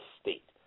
state